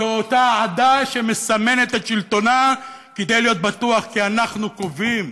זו אותה עדה שמסמנת את שלטונה כדי להיות בטוחה כי אנחנו קובעים,